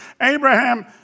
Abraham